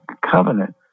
covenant